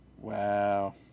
Wow